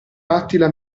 attilia